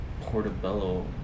portobello